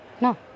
No